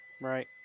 Right